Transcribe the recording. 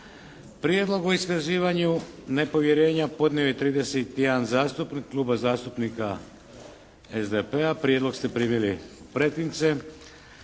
Prijedlog o iskazivanju nepovjerenja podnio je 31 zastupnik Kluba zastupnika SDP-a. Prijedlog ste primili u pretince.